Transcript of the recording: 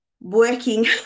working